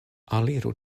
aliru